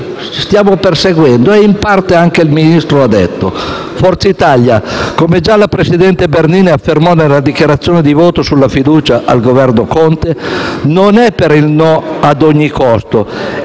stiamo perseguendo e di cui in parte anche il Ministro ha parlato. Forza Italia, come già la presidente Bernini affermò nella dichiarazione di voto sulla fiducia al Governo Conte, non è per il no ad ogni costo: